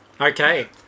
Okay